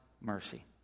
mercy